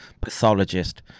pathologist